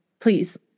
please